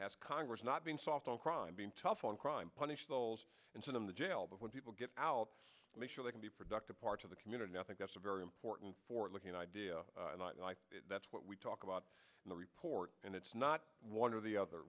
has congress not being soft on crime being tough on crime punish and send him to jail but when people get out make sure they can be productive part of the community i think that's a very important for looking idea and that's what we talk about in the report and it's not one or the other